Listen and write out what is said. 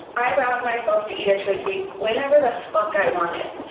i allowed myself to eat a twinkie whenever the fuck i wanted.